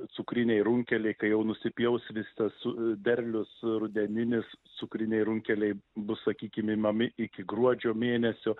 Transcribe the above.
cukriniai runkeliai kai jau nusipjaus visas su derlius rudeninis cukriniai runkeliai bus sakykim imami iki gruodžio mėnesio